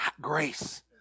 grace